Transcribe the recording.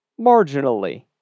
marginally